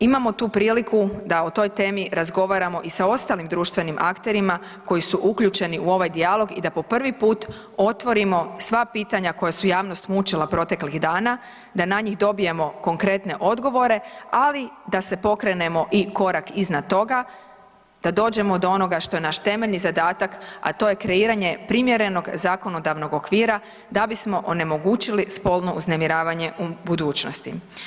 Imamo tu priliku da o toj temi razgovaramo i sa ostalim društvenim akterima koji su uključeni u ovaj dijalog i da po prvi put otvorimo sva pitanja koja su javnost mučila proteklih dana da na njih dobijemo konkretne odgovore, ali da se pokrenemo i korak iznad toga da dođemo do onoga što je naš temeljni zadatak, a to je kreiranje primjerenog zakonodavnog okvira da bismo onemogućili spolno uznemiravanje u budućnosti.